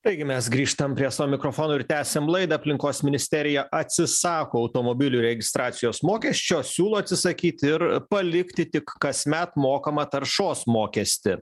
taigi mes grįžtam prie savo mikrofonų ir tęsiam laidą aplinkos ministerija atsisako automobilių registracijos mokesčio siūlo atsisakyt ir palikti tik kasmet mokamą taršos mokestį